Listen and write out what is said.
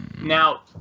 Now